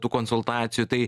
tų konsultacijų tai